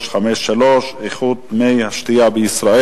איכות מי השתייה בישראל.